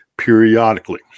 periodically